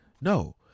No